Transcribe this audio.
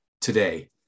today